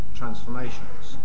transformations